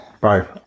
Bro